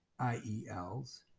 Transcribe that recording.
IELs